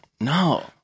No